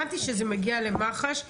הבנתי שזה מגיע למח"ש,